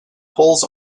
polls